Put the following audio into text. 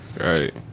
Right